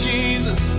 Jesus